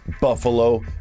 Buffalo